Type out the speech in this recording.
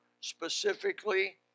specifically